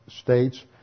states